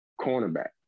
cornerback